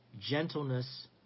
gentleness